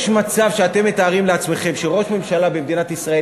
יש מצב שאתם מתארים לעצמכם שראש ממשלה במדינת ישראל,